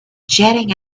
jetting